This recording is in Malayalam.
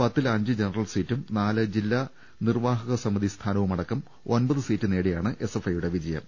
പത്തിൽ അഞ്ച് ജനറൽ സീറ്റും നാല് ജില്ലാ നിർവാഹക സമിതി സ്ഥാനവും അടക്കം ഒൻപത് സീറ്റും നേടിയാണ് എസ് എഫ് ഐ യുടെ വിജയം